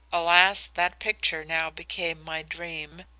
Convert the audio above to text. alas, that picture now became my dream.